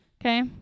okay